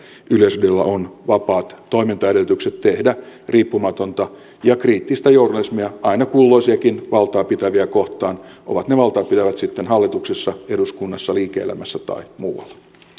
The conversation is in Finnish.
yleisradiolla on vapaat toimintaedellytykset tehdä riippumatonta ja kriittistä journalismia aina kulloisiakin valtaa pitäviä kohtaan ovat ne valtaa pitävät sitten hallituksessa eduskunnassa liike elämässä tai muualla